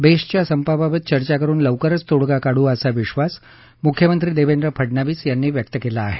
बेस्टच्या संपाबाबत चर्चा करुन लवकरच तोडगा काढू असा विश्वास मुख्यमंत्री देवेंद्र फडनवीस यांनी व्यक्त केला आहे